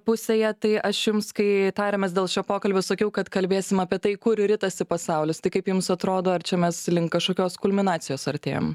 pusėje tai aš jums kai tarėmės dėl šio pokalbio sakiau kad kalbėsim apie tai kur ritasi pasaulis tai kaip jums atrodo ar čia mes link kažkokios kulminacijos artėjam